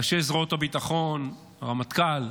ראשי זרועות הביטחון, הרמטכ"ל,